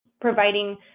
providing